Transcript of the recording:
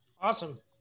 Awesome